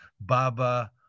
Baba